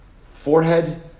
Forehead